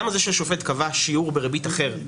למה זה שהשופט קבע ריבית בשיעור אחר,